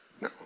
No